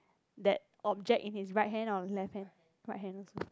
that object in his right hand or left hand right hand also